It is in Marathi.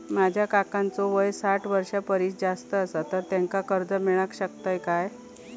माझ्या काकांचो वय साठ वर्षां परिस जास्त आसा तर त्यांका कर्जा मेळाक शकतय काय?